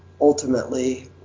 ultimately